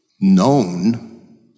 known